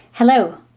Hello